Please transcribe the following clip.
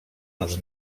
nas